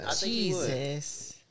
jesus